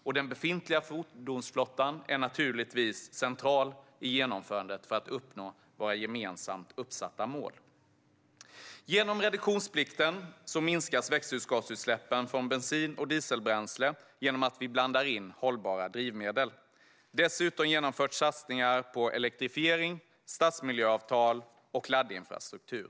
Och den befintliga fordonsflottan är naturligtvis central i genomförandet för att uppnå våra gemensamt uppsatta mål. Genom reduktionsplikten minskas växthusgasutsläppen från bensin och dieselbränsle genom att vi blandar in hållbara drivmedel. Dessutom genomförs satsningar på elektrifiering, stadsmiljöavtal och laddinfrastruktur.